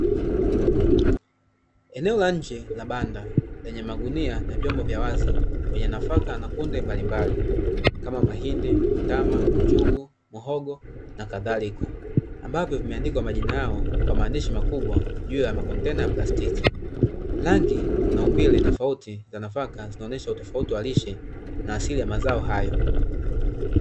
Eneo la nje la banda lenye magunia na vyombo vya wazi vyenye nafaka na kunde mbalimbali kama mahindi, mtama, njugu, muhogo na kadhalika, ambavyo vimeandikwa majina yao kwa maandishi makubwa juu ya vyombo vya plastiki. Rangi na umbile tofauti za nafaka zinaonyesha utofauti wa lishe na asili ya mazao hayo.